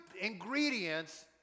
ingredients